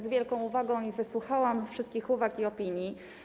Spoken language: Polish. Z wielką uwagą wysłuchałam wszystkich uwag i opinii.